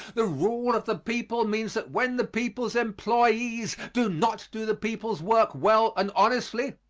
the rule of the people means that when the people's employees do not do the people's work well and honestly,